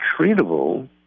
treatable